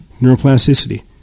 neuroplasticity